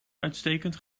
uitstekend